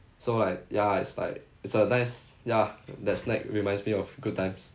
so like ya it's like it's a nice ya that snack reminds me of good times